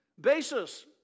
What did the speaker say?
basis